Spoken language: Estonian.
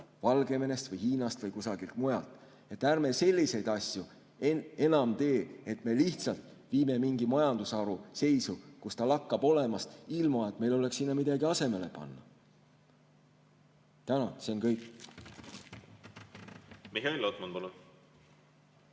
Valgevenest või Hiinast või kusagilt mujalt. Ärme selliseid asju enam teeme, et me lihtsalt viime mingi majandusharu seisu, kus ta lakkab olemast, ilma et meil oleks sinna midagi asemele panna. Tänan! See on kõik.